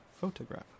photograph